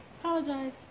Apologize